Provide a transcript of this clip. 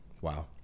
Wow